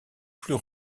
plus